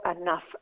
enough